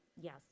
Yes